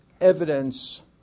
evidence